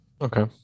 Okay